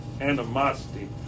animosity